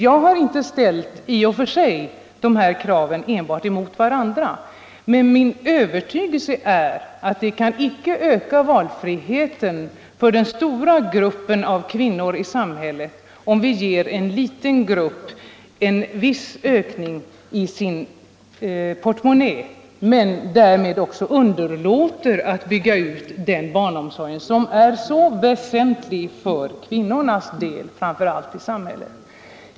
Jag har inte i och för sig ställt de här kraven mot varandra, men min övertygelse är att vi icke kan öka valfriheten för den stora gruppen kvinnor i samhället om vi ger en liten grupp en viss ökning i portmonnän, men därmed också underlåter att bygga ut den barnomsorg som är så väsentlig framför allt för de många kvinnornas del.